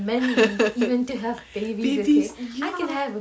hehehe babies ya